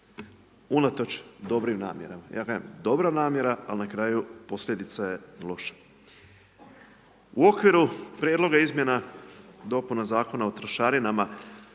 unatoč dobrim namjerama. Ja kažem, dobra namjera, ali na kraju posljedica je loša. U okviru prijedloga izmjena dopuna zakona o trošarinama,